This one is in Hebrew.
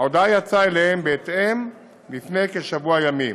ההודעה יצאה אליהם בהתאם לפני כשבוע ימים.